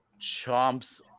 chomps